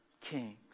kings